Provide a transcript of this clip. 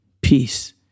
peace